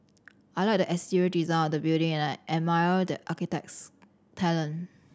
I like the exterior design of the building and I admire the architect's talent